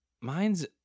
Mine's